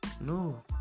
no